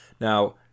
Now